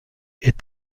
est